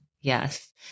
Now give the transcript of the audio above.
Yes